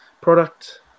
product